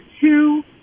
two